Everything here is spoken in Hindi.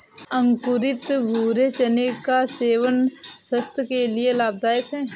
अंकुरित भूरे चने का सेवन स्वास्थय के लिए लाभदायक है